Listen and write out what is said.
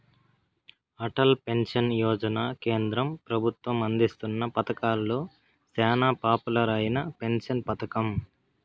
Atal pension Yojana కేంద్ర పెబుత్వం అందిస్తున్న పతకాలలో సేనా పాపులర్ అయిన పెన్సన్ పతకం